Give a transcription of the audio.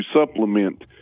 supplement